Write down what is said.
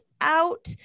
out